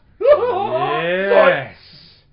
Yes